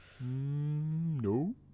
No